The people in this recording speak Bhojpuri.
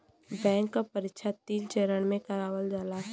बैंक क परीक्षा तीन चरण में करावल जाला